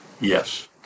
Yes